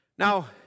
Now